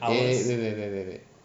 wait wait wait wait wait wait